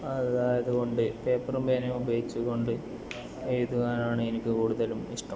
അതായത് കൊണ്ട് പേപ്പറും പേനയും ഉപയോഗിച്ച് കൊണ്ട് എഴുതുവാനാണ് എനിക്ക് കൂടുതലും ഇഷ്ടം